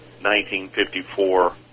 1954